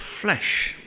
flesh